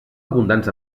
abundants